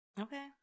Okay